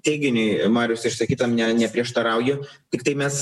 teiginiui mariaus išsakytam ne neprieštarauju tiktai mes